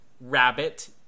rabbit